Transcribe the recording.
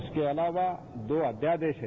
उसके अलावा दो अध्यादेश है